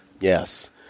yes